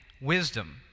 wisdom